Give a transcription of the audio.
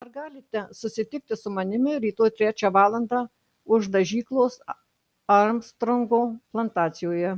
ar galite susitikti su manimi rytoj trečią valandą už dažyklos armstrongo plantacijoje